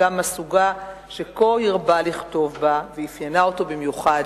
גם הסוגה שכה הרבה לכתוב בה ואפיינה אותו במיוחד,